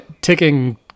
ticking